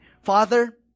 father